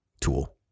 tool